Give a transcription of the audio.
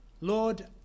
Lord